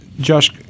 Josh